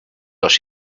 dos